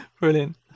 Brilliant